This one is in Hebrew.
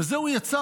בזה הוא יצר,